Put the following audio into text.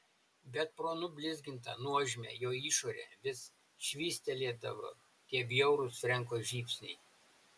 bet pro nublizgintą nuožmią jo išorę vis švystelėdavo tie bjaurūs frenko žybsniai